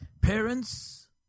Parents